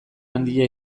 handia